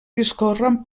discorren